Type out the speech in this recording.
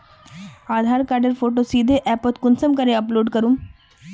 आधार कार्डेर फोटो सीधे ऐपोत कुंसम करे अपलोड करूम?